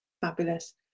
Fabulous